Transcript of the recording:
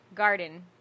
garden